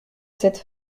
cette